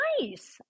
nice